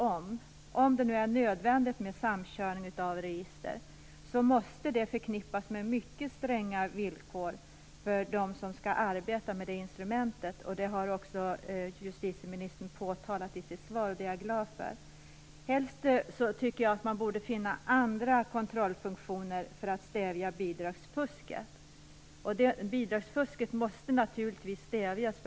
Om det nu är nödvändigt med samkörning av register, måste det förknippas med mycket stränga villkor för dem som skall arbeta med det instrumentet. Detta påtalade också justitieministern i sitt svar, och det är jag glad för. Helst borde man finna andra kontrollfunktioner för att stävja bidragsfusket. Bidragsfusket måste naturligtvis stävjas.